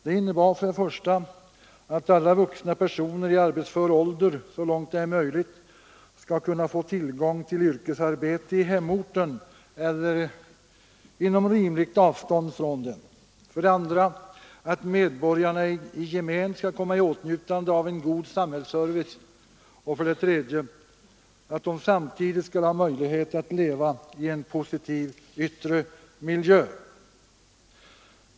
Den innebar för det första att alla vuxna personer i arbetsför ålder, så långt det är möjligt, skall kunna få tillgång till yrkesarbete i hemorten eller inom rimligt avstånd från den; för det andra att medborgarna i gemen skall komma i åtnjutande av en god samhällsservice och för det tredje att de samtidigt skall ha möjlighet att leva i en positiv yttre miljö.